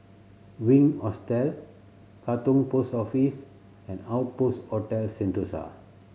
Wink Hostel Katong Post Office and Outpost Hotel Sentosa